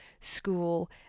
school